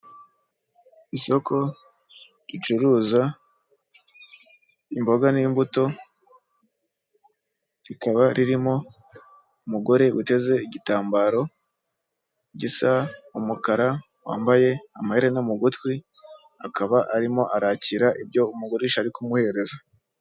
Isoko ricuruza imboga n'imbuto, rikaba ririmo umugore uteze igitambaro gisa umukara, wambaye amaherena mu gutwi, akaba arimo arakira ibyo umugurisha ari kumuhereza.